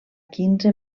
quinze